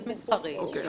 מסחרית.